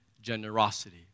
generosity